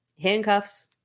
Handcuffs